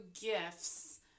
gifts